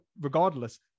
regardless